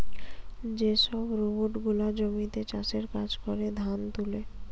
যে সব রোবট গুলা জমিতে চাষের কাজ করে, ধান তুলে